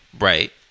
Right